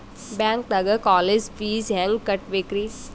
ಬ್ಯಾಂಕ್ದಾಗ college fees ಹೆಂಗ್ ಕಟ್ಟ್ಬೇಕ್ರಿ?